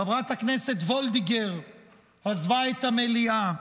חברת הכנסת וולדיגר עזבה את המליאה,